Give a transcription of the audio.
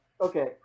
okay